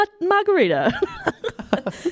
margarita